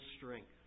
strength